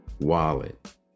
wallet